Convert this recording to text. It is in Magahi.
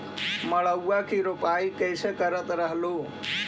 मड़उआ की रोपाई कैसे करत रहलू?